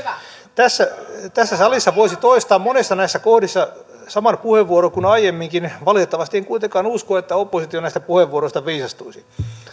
tässä tässä salissa voisi toistaa monissa näissä kohdissa saman puheenvuoron kuin aiemminkin valitettavasti en kuitenkaan usko että oppositio näistä puheenvuoroista viisastuisi